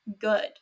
good